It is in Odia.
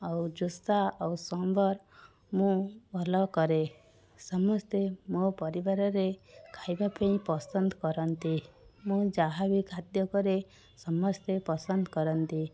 ଆଉ ଜୋସା ଆଉ ସମ୍ବର ମୁଁ ଭଲ କରେ ସମସ୍ତେ ମୋ ପରିବାରରେ ଖାଇବା ପାଇଁ ପସନ୍ଦ କରନ୍ତି ମୁଁ ଯାହାବି ଖାଦ୍ୟ କରେ ସମସ୍ତେ ପସନ୍ଦ କରନ୍ତି